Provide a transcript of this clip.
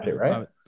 right